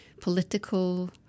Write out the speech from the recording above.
political